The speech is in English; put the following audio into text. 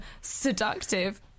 seductive